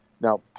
Now